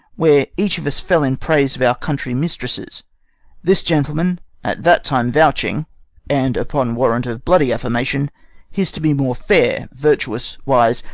where each of us fell in praise of our country mistresses this gentleman at that time vouching and upon warrant of bloody affirmation his to be more fair, virtuous, wise,